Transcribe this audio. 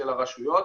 של הרשויות,